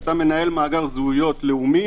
כשאתה מנהל מאגר זהויות לאומי,